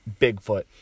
Bigfoot